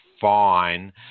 fine